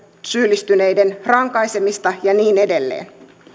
syyllistyneiden rankaisemista ja niin edelleen